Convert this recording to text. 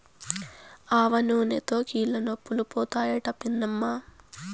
ఆవనూనెతో కీళ్లనొప్పులు పోతాయట పిన్నమ్మా